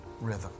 rhythm